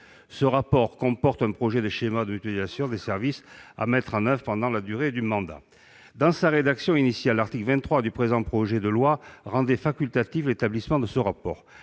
Ce rapport comporte un projet de schéma de mutualisation des services à mettre en oeuvre pendant la durée du mandat. Dans sa rédaction initiale, l'article 23 du présent projet de loi rendait facultatif l'établissement de ce rapport.